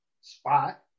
spot